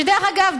דרך אגב,